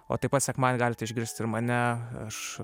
o taip pat sekmadienį galite išgirsti ir mane aš